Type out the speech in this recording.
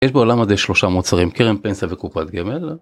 יש בעולם הזה שלושה מוצרים קרן פנסיה וקופת גמל.